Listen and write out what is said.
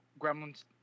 Gremlins